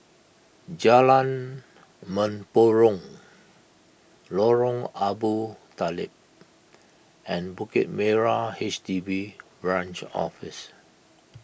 Jalan Mempurong Lorong Abu Talib and Bukit Merah H D B Branch Office